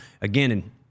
again